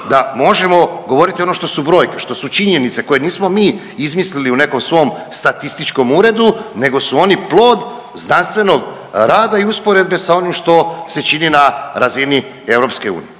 da možemo govoriti ono što su brojke, što su činjenice koje nismo mi izmislili u nekom svom statističkom uredu nego su oni plod znanstvenog rada i usporedbe sa onim što se čini na razini EU.